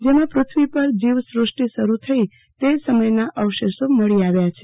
જેમાં પૃથવી પર જીવસૃષ્ટિ શરૂ થઈ તે સમયના અવશેષો મળી આવ્યા છે